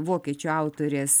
vokiečių autorės